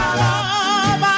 love